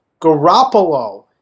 Garoppolo